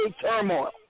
turmoil